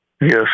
Yes